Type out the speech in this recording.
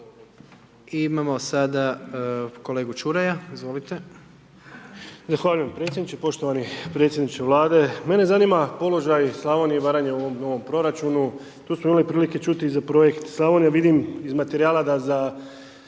imamo sada kolegu Čuraja. Izvolite.